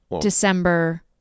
December